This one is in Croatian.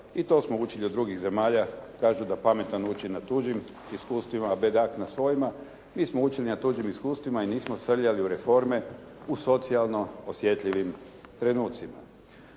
i to smo učili od drugih zemalja. Kažu da pametan uči na tuđim iskustvima, a bedak na svojima. Mi smo učili na tuđim iskustvima i nismo srljali u reforme u socijalno osjetljivim trenucima.